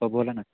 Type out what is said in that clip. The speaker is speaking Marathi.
हो बोला ना